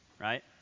right